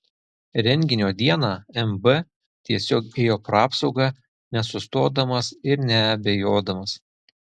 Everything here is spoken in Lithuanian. renginio dieną mb tiesiog ėjo pro apsaugą nesustodamas ir neabejodamas